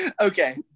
Okay